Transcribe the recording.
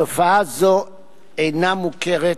תופעה זו אינה מוכרת